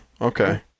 okay